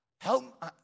Help